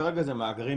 כרגע זה מאגרים